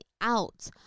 out